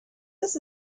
this